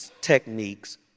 techniques